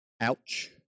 Ouch